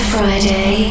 Friday